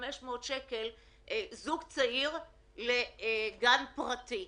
3,500 שקל לגן פרטי.